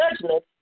judgment